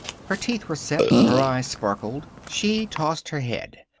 her teeth were set, her eyes sparkled. she tossed her head.